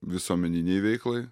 visuomeninei veiklai